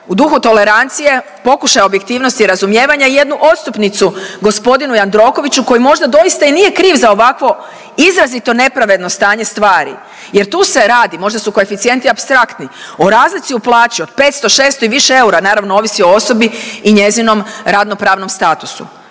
u duhu tolerancije pokušaj objektivnosti i razumijevanja jednu odstupnicu g. Jandrokoviću koji možda doista i nije kriv za ovakvo izrazito nepravedno stanje stvari jer tu se radi, možda su koeficijenti apstraktni, o razlici u plaći od 500-600 i više eura, naravno ovisi o osobi i njezinom radno-pravnom statusu,